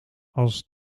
als